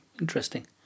interesting